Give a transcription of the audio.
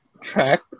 track